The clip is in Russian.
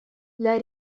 для